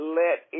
let